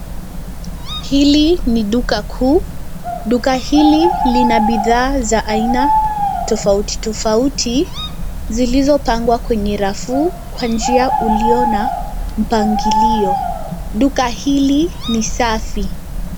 Hili ni duka kuu, duka hili lina bidhaa za aina tofauti tofauti zilizo pangwa kwenye rafu, kwa njia ulio na mpangilio. Duka hili ni safi.